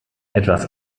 etwas